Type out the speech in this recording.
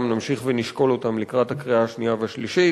נמשיך ונשקול אותן לקראת הקריאה השנייה והשלישית.